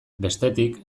bestetik